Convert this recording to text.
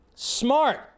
Smart